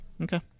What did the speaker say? Okay